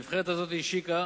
הנבחרת הזאת השיקה